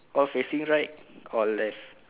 all facing right or left